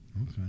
okay